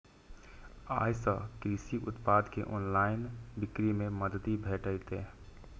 अय सं कृषि उत्पाद के ऑनलाइन बिक्री मे मदति भेटतै